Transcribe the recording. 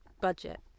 budget